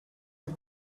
the